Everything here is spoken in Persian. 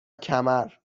کمر